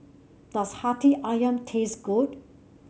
does Hati ayam taste good